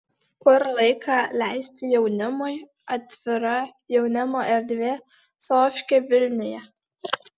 kur laiką leisti jaunimui atvira jaunimo erdvė sofkė vilniuje